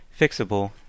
Fixable